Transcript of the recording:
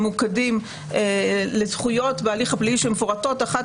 ממוקדים לזכויות בהליך הפלילי שמפורטות אחת